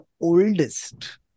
oldest